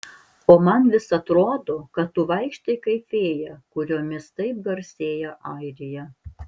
o man vis atrodo kad tu vaikštai kaip fėja kuriomis taip garsėja airija